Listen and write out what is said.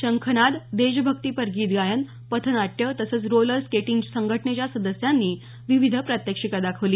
शंखनाद देशभक्तीपर गीत गायन पथनाट्या तसेच रोलर स्केटिंग संघटनेच्या सदस्यांनी विविध प्रात्यक्षिकं दाखवली